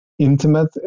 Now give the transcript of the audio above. intimate